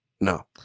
No